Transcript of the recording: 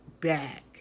back